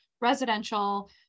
residential